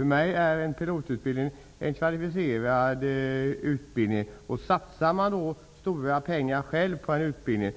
För mig framstår pilotutbildningen som kvalificerad. När en person satsar stora pengar på en utbildning